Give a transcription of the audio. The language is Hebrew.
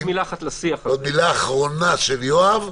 עוד מילה אחת אחרונה של יואב.